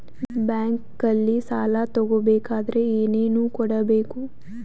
ಬ್ಯಾಂಕಲ್ಲಿ ಸಾಲ ತಗೋ ಬೇಕಾದರೆ ಏನೇನು ಕೊಡಬೇಕು?